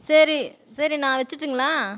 சரி சரிண்ணா வச்சிரட்டுங்களா